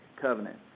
covenant